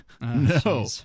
no